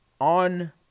on